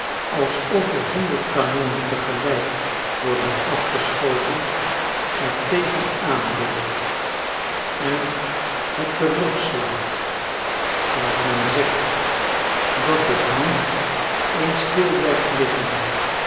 alsof er honderd kanonnen tegelijk worden afgeschoten er tegen aan beukt en hetterugslaat als men zegt dat het nu eens stil blijft liggen